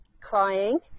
crying